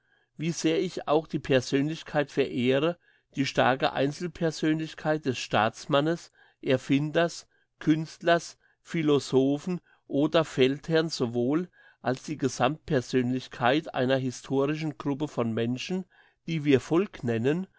wie sehr ich auch die persönlichkeit verehre die starke einzelpersönlichkeit des staatsmannes erfinders künstlers philosophen oder feldherrn sowohl als die gesammtpersönlichkeit einer historischen gruppe von menschen die wir volk nennen